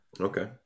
Okay